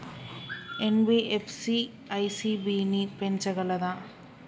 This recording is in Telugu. ఎన్.బి.ఎఫ్.సి ఇ.సి.బి ని పెంచగలదా?